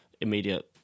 immediate